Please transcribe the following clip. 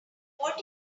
what